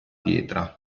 pietra